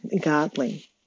godly